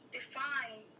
define